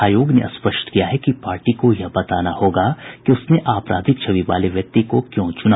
आयोग ने स्पष्ट किया है कि पार्टी को यह बताना होगा कि उसने आपराधिक छवि वाले व्यक्ति को क्यों चुना